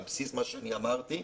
על בסיס מה שאני אמרתי,